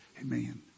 Amen